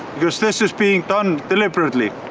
because this is being done deliberately.